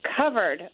Covered